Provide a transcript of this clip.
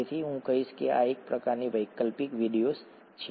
તેથી હું કહીશ કે આ એક પ્રકારની વૈકલ્પિક વિડિઓઝ છે